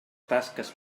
tasques